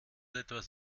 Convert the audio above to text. etwas